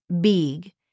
big